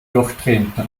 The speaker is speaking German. durchdrehenden